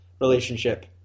relationship